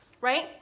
right